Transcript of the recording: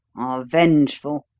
vengeful,